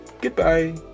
goodbye